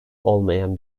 olmayan